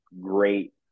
great